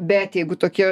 bet jeigu tokie